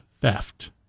theft